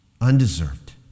undeserved